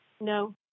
No